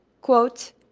quote